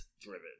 driven